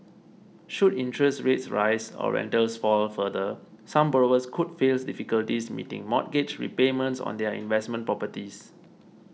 should interest rates rise or rentals fall further some borrowers could face difficulties meeting mortgage repayments on their investment properties